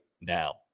now